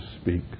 speak